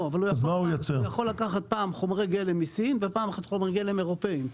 אבל פעם הוא יכול לקחת חומרי גלם מסין ופעם אחרת חומרי גלם אירופאים.